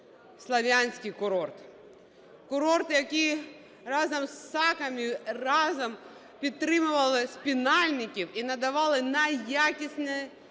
Слов'янський курорт. Курорт, який разом з Саками, разом підтримували спинальників і надавали найякісніші